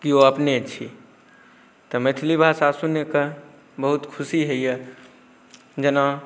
केओ अपने छी तऽ मैथिली भाषा सुनिकऽ बहुत खुशी होइए जेना